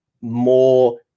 more